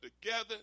together